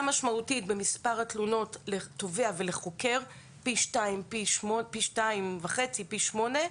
משמעותית במספר התלונות לתובע ולחוקר פי 2.5 ופי 2.8 בהתאמה,